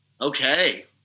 Okay